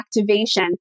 activation